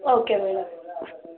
okay madam